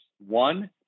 One